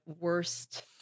worst